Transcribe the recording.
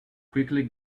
quickly